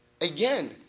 Again